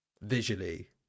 Visually